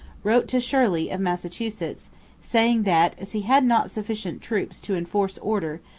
wrote to shirley of massachusetts saying that, as he had not sufficient troops to enforce order,